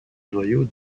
noyau